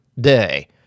day